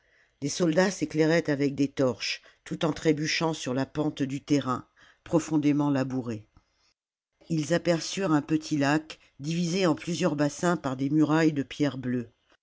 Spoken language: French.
les soldats s'éclairaient avec des torches tout en trébuchant sur la pente du terrain profondément labouré i salammbo ils aperçurent un petit lac divisé en plusieurs bassins par des murailles de pierres bleues